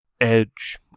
edge